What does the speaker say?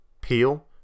Peel